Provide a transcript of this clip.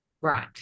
Right